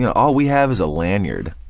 yeah all we have is a lanyard,